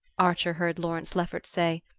archer heard lawrence lefferts say,